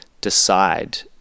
decide